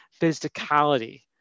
physicality